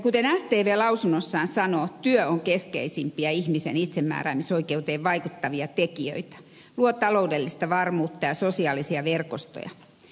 kuten stv lausunnossaan sanoo työ on keskeisimpiä ihmisen itsemääräämisoikeuteen vaikuttavia tekijöitä se luo taloudellista varmuutta ja sosiaalisia verkostoja